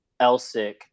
Elsick